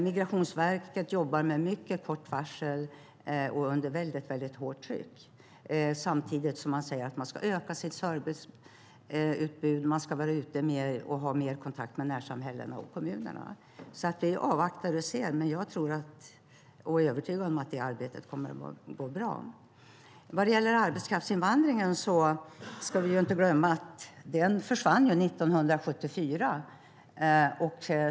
Migrationsverket jobbar med mycket kort varsel och under hårt tryck, samtidigt som Migrationsverket ska öka sitt serviceutbud och ha mer kontakt med närsamhällen och kommunerna. Vi avvaktar och ser. Jag är övertygad om att det arbetet kommer att gå bra. Vi ska inte glömma att arbetskraftsinvandringen försvann 1974.